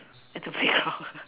at the playground